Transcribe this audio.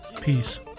Peace